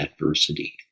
adversity